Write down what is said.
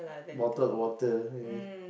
bottle water okay